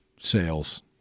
sales